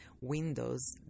windows